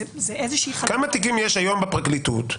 היום, בפרקליטות,